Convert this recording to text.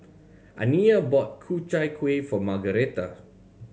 Aniyah bought Ku Chai Kuih for Margaretta